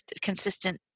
consistent